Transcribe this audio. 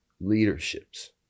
leaderships